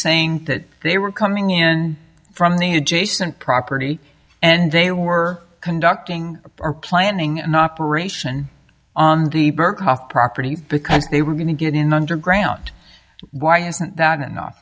saying that they were coming in from the adjacent property and they were conducting or planning an operation on the berghof properties because they were going to get in the underground why isn't that enough